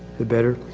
the better.